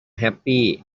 happy